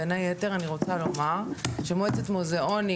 בין היתר אני רוצה לומר שמועצת מוזיאונים